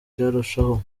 byarushaho